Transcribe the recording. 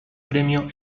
premio